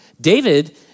David